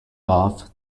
off